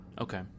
Okay